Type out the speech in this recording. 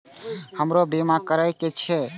हमरो बीमा करीके छः?